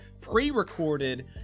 pre-recorded